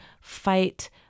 fight